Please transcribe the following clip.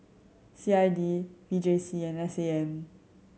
C I D V J C and S A M